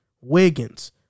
Wiggins